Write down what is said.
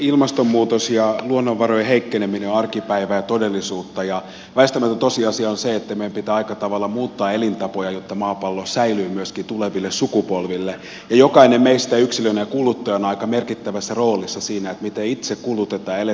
ilmastonmuutos ja luonnonvarojen heikkeneminen ovat arkipäivää ja todellisuutta ja väistämätön tosiasia on se että meidän pitää aika tavalla muuttaa elintapoja jotta maapallo säilyy myöskin tuleville sukupolville ja jokainen meistä yksilönä ja kuluttajana on aika merkittävässä roolissa siinä miten itse kulutetaan ja eletään sitä elämää